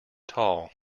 tall